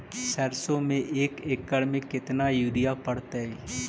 सरसों में एक एकड़ मे केतना युरिया पड़तै?